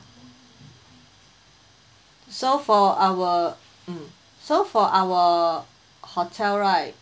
so for our mm so for our hotel right